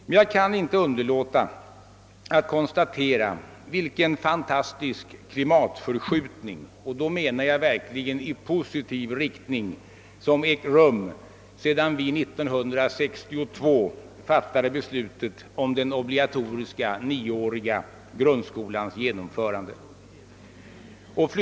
Men jag kan inte underlåta att konstatera vilken fantastisk klimatförskjutning — detta menar jag verkligen i positiv bemärkelse — som ägt rum sedan vi 1962 fattade beslutet om den obligatoriska, nioåriga grundskolans genomförande.